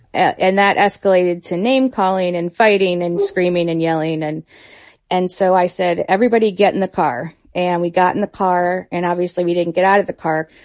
and that escalated to name-calling and fighting and screaming and yelling. and and so i said, everybody get in the car. and we got in the car, and obviously, we didn't get out of the car.